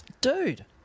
Dude